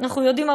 אנחנו יודעים,